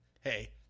hey